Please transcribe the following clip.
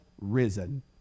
risen